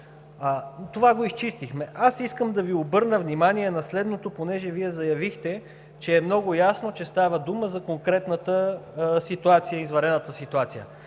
Това го изчистихме. Аз искам да Ви обърна внимание на следното, понеже Вие заявихте много ясно, че става дума за конкретната ситуация, извънредната ситуация,